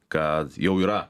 kad jau yra